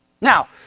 Now